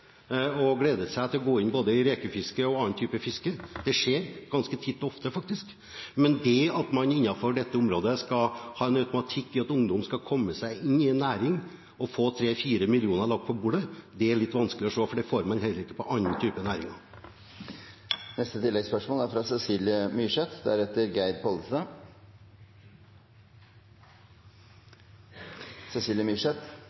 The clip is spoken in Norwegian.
og gleder seg til å gå inn i både rekefiske og annen type fiske. Det skjer ganske titt og ofte, faktisk. Men det at man innenfor dette området skal ha en automatikk i at ungdom skal komme seg inn i en næring og få 3–4 mill. kr lagt på bordet, er litt vanskelig å se, for det får man heller ikke innen andre typer